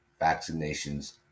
vaccinations